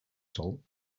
salt